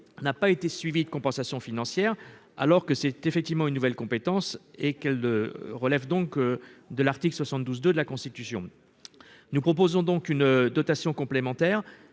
n'a pas été de compensation financière, alors que c'est effectivement une nouvelle compétence et qu'elle relève donc de l'article 72 de la Constitution nous proposons donc une dotation complémentaire